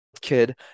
kid